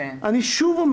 אני אומר שוב,